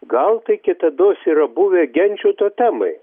gal tai kitados yra buvę genčių totemai